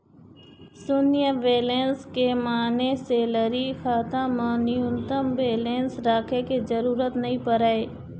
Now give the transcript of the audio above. सून्य बेलेंस के माने सेलरी खाता म न्यूनतम बेलेंस राखे के जरूरत नइ परय